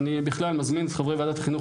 אני בכלל מזמין את חברי ועדת החינוך